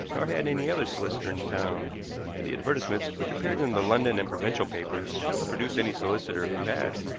nor had any other solicitor in the town and the advertisements which appeared in the london and provincial papers failed to produce any solicitor who had.